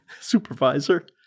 supervisor